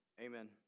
Amen